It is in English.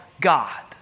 God